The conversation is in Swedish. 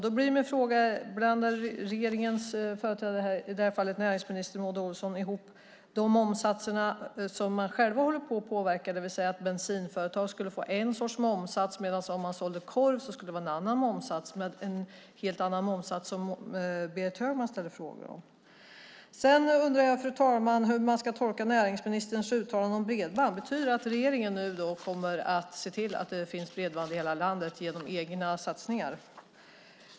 Då blir min fråga: Blandar regeringens företrädare, i detta fall näringsminister Maud Olofsson, ihop de momssatser som de själva håller på att påverka, det vill säga att bensinföretag skulle ha en momssats om man säljer bensin men att man däremot skulle ha en annan momssats om man säljer korv, med den momssats som Berit Högman ställer frågor om? Sedan undrar jag hur man ska tolka näringsministerns uttalande om bredband. Betyder det att regeringen genom egna satsningar nu kommer att se till att det finns bredband i hela landet?